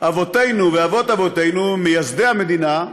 שאבותינו ואבות-אבותינו מייסדי המדינה,